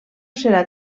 serà